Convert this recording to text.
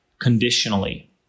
conditionally